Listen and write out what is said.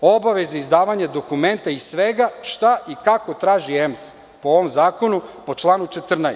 Obaveza izdavanja dokumenta i svega šta i kako traži EMS, po ovom zakonu, po članu 14.